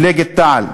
משפחת תע"ל,